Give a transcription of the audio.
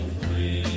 free